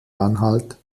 anhalt